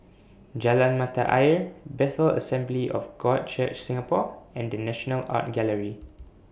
Jalan Mata Ayer Bethel Assembly of God Church Singapore and The National Art Gallery